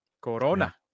corona